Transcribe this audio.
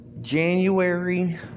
January